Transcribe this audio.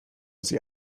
sie